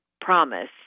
promise